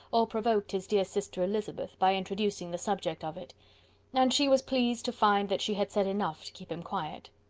or provoked his dear sister elizabeth, by introducing the subject of it and she was pleased to find that she had said enough to keep him quiet.